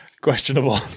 questionable